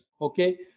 Okay